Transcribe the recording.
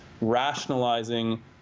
rationalizing